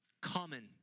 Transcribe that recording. common